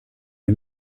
die